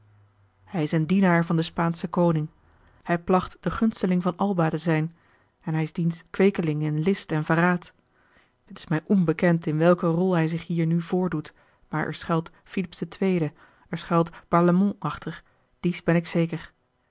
hij is een dienaar van den spaanschen koning hij placht de gunsteling van alba te zijn hij is diens kweekeling in list en verraad het is mij onbekend in welke rol hij zich hier nu voordoet maar er schuilt filips ii er schuilt ere achter dies ben ik zeker